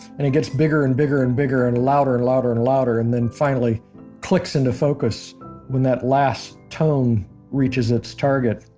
and it gets bigger and bigger and bigger and louder and louder and louder and then finally clicks into focus when that last tone reaches its target